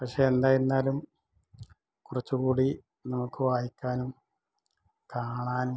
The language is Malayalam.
പക്ഷെ എന്തായിരുന്നാലും കുറച്ചും കൂടി നമുക്ക് വായിക്കാനും കാണാനും